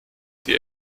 die